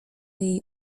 jej